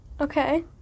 Okay